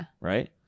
Right